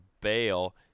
bail